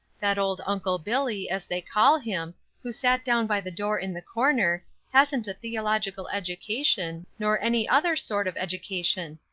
that old uncle billy, as they call him, who sat down by the door in the corner, hasn't a theological education, nor any other sort of education.